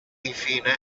infine